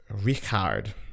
Richard